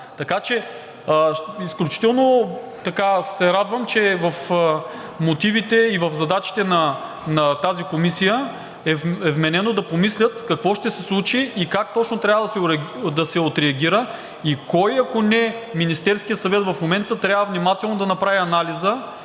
Така че изключително се радвам, че в мотивите и в задачите на тази комисия е вменено да помислят какво ще се случи и как точно трябва да се отреагира, и кой, ако не Министерският съвет, в момента трябва внимателно да направи анализа